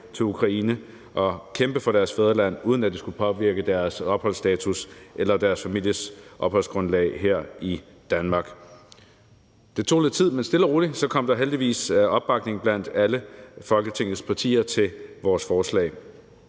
til Ukraine og kæmpe for deres fædreland, uden at det skulle påvirke deres opholdsstatus eller deres families opholdsgrundlag her i Danmark. Det tog lidt tid, men stille og roligt kom der heldigvis opbakning blandt alle Folketingets partier til vores forslag.